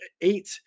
eight